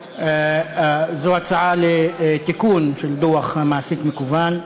זו הצעה לתיקון של דוח מעסיק מקוון.